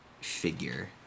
figure